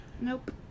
nope